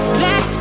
black